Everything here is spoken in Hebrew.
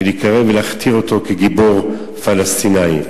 להכתיר אותו כגיבור פלסטיני.